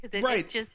Right